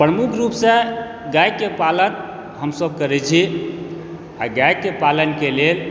प्रमुख रूप सँ गाय के पालन हमसब करै छी आ गाय के पालन के लेल